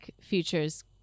futures